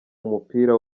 umupira